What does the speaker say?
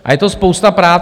A je to spousta práce.